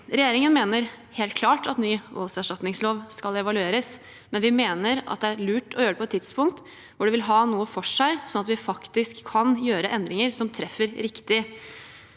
Regjeringen mener helt klart at ny voldserstatningslov skal evalueres, men vi mener det er lurt å gjøre det på et tidspunkt hvor det vil ha noe for seg, slik at vi faktisk kan gjøre endringer som treffer riktig.